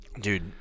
Dude